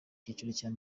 cyiciro